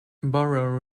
borough